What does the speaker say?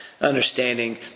Understanding